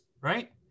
right